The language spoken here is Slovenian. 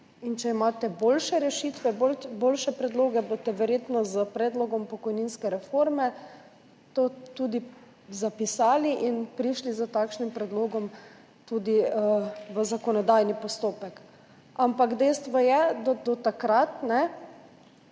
Če imate boljše rešitve, boljše predloge, boste verjetno s predlogom pokojninske reforme to tudi zapisali in prišli s takšnim predlogom tudi v zakonodajni postopek. Dejstvo je, da bi bilo